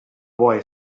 boy